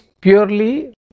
purely